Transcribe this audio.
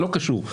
לא קשור,